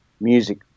music